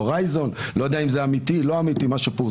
אני לא יודע אם זה אמיתי או לא אמיתי מה שפורסם,